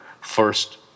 first